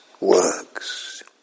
works